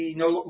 no